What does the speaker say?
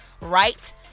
Right